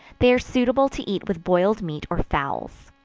they are suitable to eat with boiled meat or fowls.